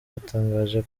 yatangaje